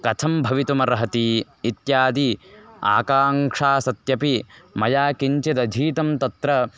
कथं भवितुमर्हति इत्यादि आकाङ्क्षा सत्यपि मया किञ्चिदधीतं तत्र